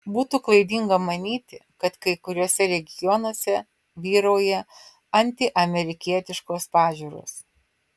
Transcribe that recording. būtų klaidinga manyti kad kai kuriuose regionuose vyrauja antiamerikietiškos pažiūros